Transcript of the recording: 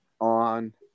on